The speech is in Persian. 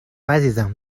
عزیزم